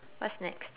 what's next